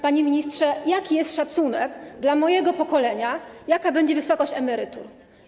Panie ministrze, jaki jest szacunek dla mojego pokolenia, jaka będzie wysokość emerytur?